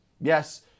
Yes